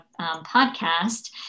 podcast